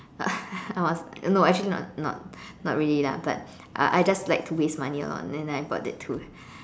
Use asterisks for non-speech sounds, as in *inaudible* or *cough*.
*laughs* I was no actually not not not really lah but I just like to waste money on and I bought that too